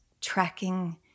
tracking